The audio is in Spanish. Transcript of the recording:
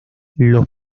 los